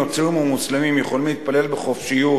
נוצרים ומוסלמים יכולים להתפלל בחופשיות